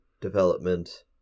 development